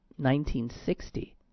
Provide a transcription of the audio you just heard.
1960